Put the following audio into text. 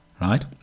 right